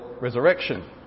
resurrection